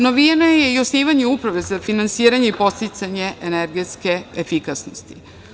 Novina je i osnivanje Uprave za finansiranje i podsticanje energetske efikasnosti.